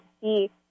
see